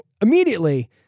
immediately